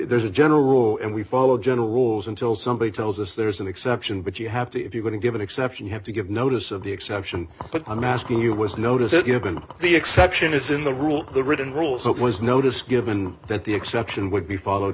there's a general rule and we follow general rules until somebody tells us there's an exception but you have to if you're going to give an exception you have to give notice of the exception but i'm asking you was notice that you have been the exception is in the rule the written rule so it was notice given that the exception would be followed